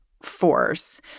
force